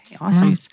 Awesome